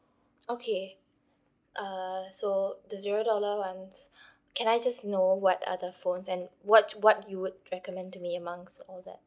okay err so the zero dollar ones can I just know what are the phones and what what you would recommend to me amongst all that